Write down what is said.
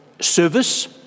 service